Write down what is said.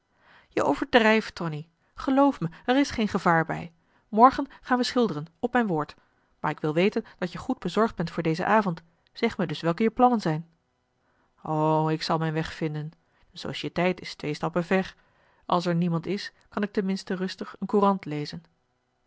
je overdrijft tonie geloof mij er is geen gevaar bij morgen gaan wij schilderen op mijn woord maar ik wil weten dat je goed bezorgd bent voor dezen avond zeg mij dus welke je plannen zijn o ik zal mijn weg vinden de societeit is twee stappen ver als er niemand is kan ik ten minste rustig een courant lezen